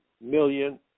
million